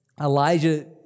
Elijah